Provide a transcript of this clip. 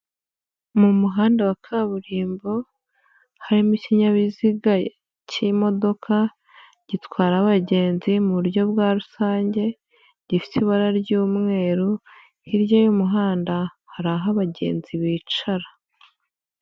Mu muhanda wa kaburimbo harimo ikinyabiziga cy'imodoka ,gitwara abagenzi mu buryo bwa rusange ,gifite ibara ry'umweru ,hirya y'umuhanda hari aho abagenzi bicara.